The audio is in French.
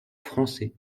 français